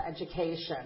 education